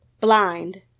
Blind